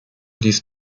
dies